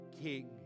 King